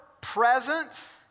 presence